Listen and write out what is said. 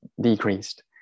decreased